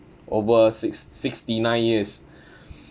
over six~ sixty nine years